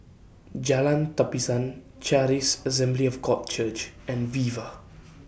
Jalan Tapisan Charis Assembly of God Church and Viva